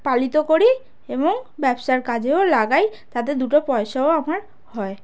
পালিত করি এবং ব্যবসার কাজেও লাগাই তাতে দুটো পয়সাও আমার হয়